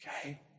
Okay